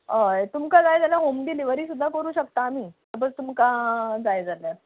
हय तुमकां जाय जाल्यार होम डिलिव्हरी सुद्दा करूंक शकता आमी सपोझ तुमकां जाय जाल्यार